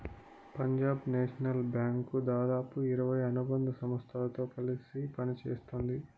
Punjab national bank దాదాపు ఇరవై అనుబంధ సంస్థలతో కలిసి పనిత్తోంది